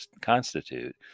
constitute